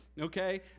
okay